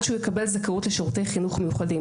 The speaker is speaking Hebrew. שהוא יקבל זכאות לשירותי חינוך מיוחדים.